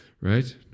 Right